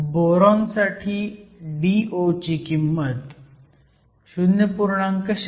boron साठी Do ची किंमत 0